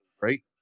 right